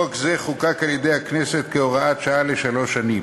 חוק זה חוקק על-ידי הכנסת כהוראת שעה לשלוש שנים,